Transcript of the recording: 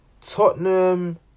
Tottenham